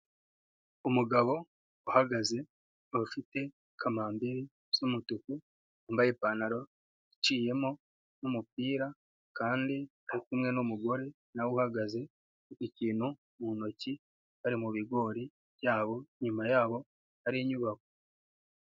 Umugabo uhagaze afite kamambiri z'umutuku wambaye ipantaro iciyemo n'umupira kandi uri kumwe n'umugore nawe uhagaze afite ikintu mu ntoki, bari mu bigori byabo, inyuma yabo hari inyubako.